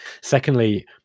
Secondly